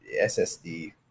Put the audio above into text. SSD